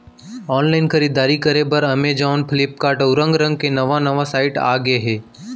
online खरीददारी करे बर अमेजॉन, फ्लिपकार्ट, अउ रंग रंग के नवा नवा साइट आगे हे